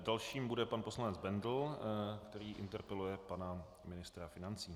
Dalším bude pan poslanec Bendl, který interpeluje pana ministra financí.